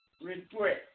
regret